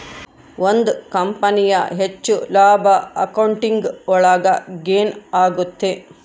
ಒಂದ್ ಕಂಪನಿಯ ಹೆಚ್ಚು ಲಾಭ ಅಕೌಂಟಿಂಗ್ ಒಳಗ ಗೇನ್ ಆಗುತ್ತೆ